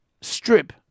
strip